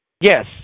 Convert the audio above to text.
Yes